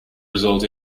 result